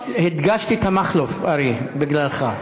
הדגשתי את המכלוף, אריה, בגללך.